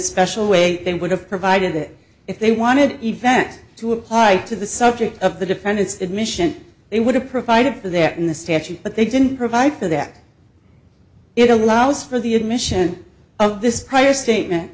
special way they would have provided it if they wanted event to apply to the subject of the defendant's admission they would have provided there in the statute but they didn't provide for that it allows for the admission of this prior statement